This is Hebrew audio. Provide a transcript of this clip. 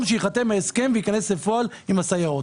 שיחתם ההסכם ויכנס לפועל עם הסייעות.